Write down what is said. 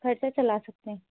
خرچہ چلا سکتے ہیں